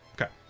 okay